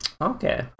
okay